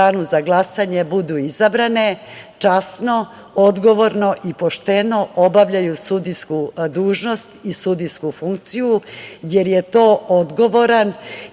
u danu za glasanje budu izabrane časno, odgovorno i pošteno obavljaju sudijsku dužnost i sudijsku funkciju, jer je to odgovorna